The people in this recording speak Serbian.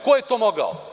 Ko je to mogao?